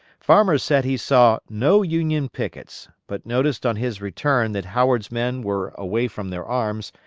farmer said he saw no union pickets, but noticed on his return that howard's men were away from their arms,